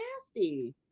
nasty